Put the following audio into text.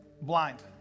blind